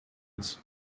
ist